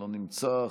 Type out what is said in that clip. לא נמצא,